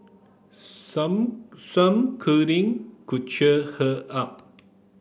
some some cuddling could cheer her up